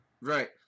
Right